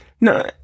No